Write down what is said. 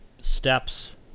steps